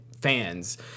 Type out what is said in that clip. fans